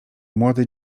młode